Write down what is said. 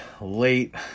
late